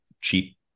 cheap